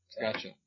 Gotcha